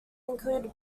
include